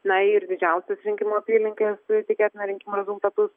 na ir didžiausios rinkimų apylinkės tikėtina rinkimų rezultatus